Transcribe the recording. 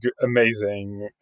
amazing